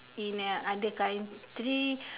in uh other country